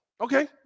Okay